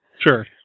Sure